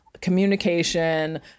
communication